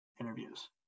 interviews